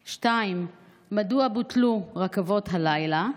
2. מדוע בוטלו רכבות הלילה?